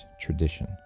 tradition